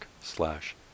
slash